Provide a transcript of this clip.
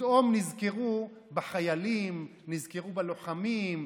פתאום נזכרו בחיילים, נזכרו בלוחמים,